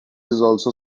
also